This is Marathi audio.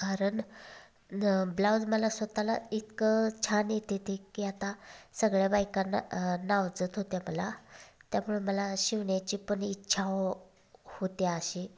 कारन ब्लाउज मला स्वतःला इतकं छान येतेते की आता सगळ्या बायकांना नावजत होत्या मला त्यामुळे मला शिवण्याची पण इच्छा हो होते अशी